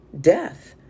death